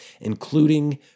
including